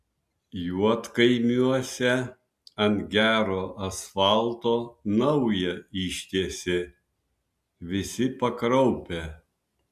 juodkaimiuose ant gero asfalto naują ištiesė visi pakraupę